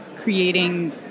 creating